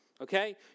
Okay